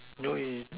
no is